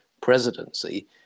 presidency